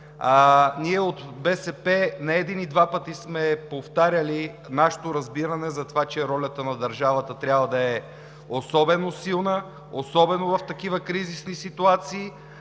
Ние от БСП не един и два пъти сме повтаряли нашето разбиране за това, че ролята на държавата трябва да е особено силна, особено в такива кризисни ситуации,